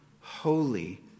holy